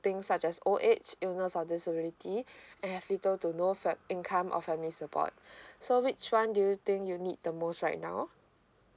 thing such as old age illness or disability and have little to no fam~ income or family support so which one do you think you need the most right now